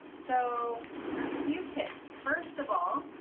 so there's a few tips. first of all,